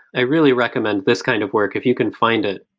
i really recommend this kind of work. if you can find it,